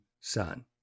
Son